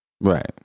Right